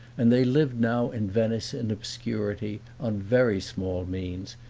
and they lived now in venice in obscurity, on very small means,